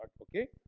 Okay